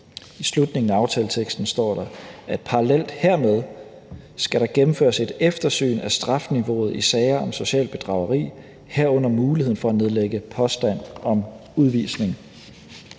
I slutningen af aftaleteksten står der, »at parallelt hermed skal der gennemføres et eftersyn af strafniveauet i sager om socialt bedrageri, herunder muligheden for at nedlægge påstand om udvisning«.